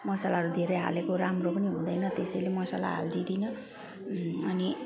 मसलाहरू धेरै हालेको राम्रो पनि हुँदैन त्यसैले मसला हालिदिँदिनँ अनि